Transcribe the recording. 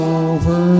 over